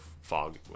fog